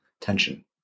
tension